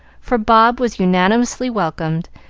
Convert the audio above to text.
for bob was unanimously welcomed,